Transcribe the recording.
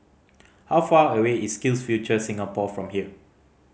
how far away is SkillsFuture Singapore from here